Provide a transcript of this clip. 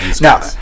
Now